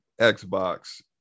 Xbox